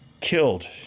killed